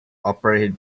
operated